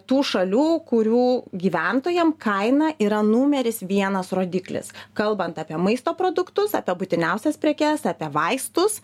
tų šalių kurių gyventojam kaina yra numeris vienas rodiklis kalbant apie maisto produktus apie būtiniausias prekes apie vaistus